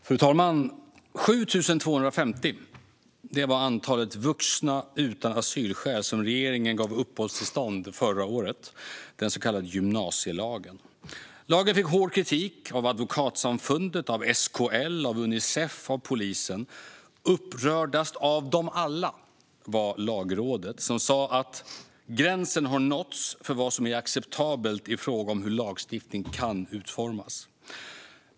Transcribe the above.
Fru talman! 7 250 var antalet vuxna utan asylskäl som regeringen gav uppehållstillstånd förra året med den så kallade gymnasielagen. Lagen fick hård kritik av Advokatsamfundet, SKL, Unicef och polisen. Upprördast av dem alla var Lagrådet. Det sa att gränsen har nåtts för vad som är acceptabelt i fråga om hur lagstiftning kan utformas.